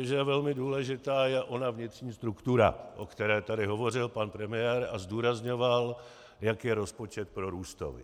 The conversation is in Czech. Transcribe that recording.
že velmi důležitá je ona vnitřní struktura, o které tady hovořil pan premiér, a zdůrazňoval, jak je rozpočet prorůstový.